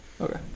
Okay